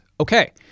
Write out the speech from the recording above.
okay